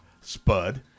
Spud